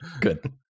good